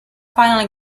finally